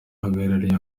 uhagarariye